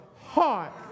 heart